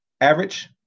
average